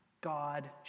God